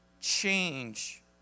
change